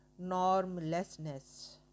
normlessness